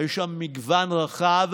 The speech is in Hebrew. היה שם מגוון רחב